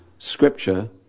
scripture